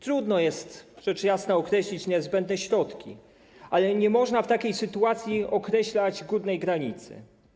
Trudno jest, rzecz jasna, określić niezbędne środki, ale nie można w takiej sytuacji określać górnej granicy.